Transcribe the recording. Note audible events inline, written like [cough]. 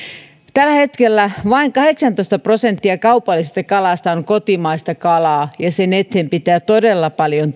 tällä hetkellä vain kahdeksantoista prosenttia kaupallisesta kalasta on kotimaista kalaa ja sen eteen pitää todella paljon [unintelligible]